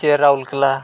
ᱪᱮ ᱨᱟᱣᱩᱞᱠᱮᱞᱞᱟ